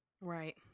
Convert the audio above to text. Right